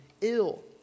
Ill